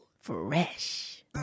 Fresh